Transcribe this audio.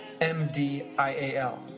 MDIAL